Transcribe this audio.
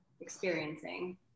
experiencing